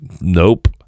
Nope